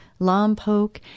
Lompoc